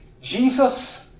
Jesus